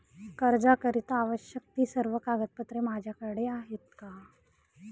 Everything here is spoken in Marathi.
कर्जाकरीता आवश्यक ति सर्व कागदपत्रे माझ्याकडे आहेत का?